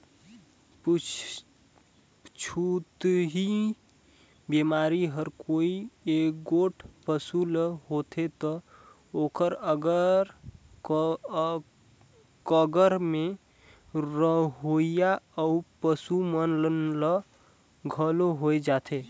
छूतही बेमारी हर कोई एगोट पसू ल होथे त ओखर अगर कगर में रहोइया अउ पसू मन ल घलो होय जाथे